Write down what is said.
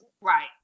Right